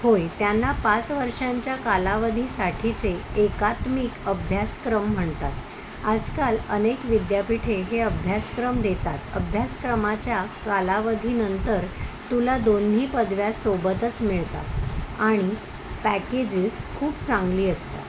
होय त्यांना पाच वर्षांच्या कालावधीसाठीचे एकात्मिक अभ्यासक्रम म्हणतात आजकाल अनेक विद्यापीठे हे अभ्यासक्रम देतात अभ्यासक्रमाच्या कालावधीनंतर तुला दोन्ही पदव्या सोबतच मिळतात आणि पॅकेजेस खूप चांगली असतात